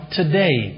today